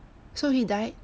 so he died